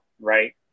Right